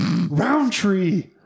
Roundtree